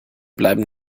bleiben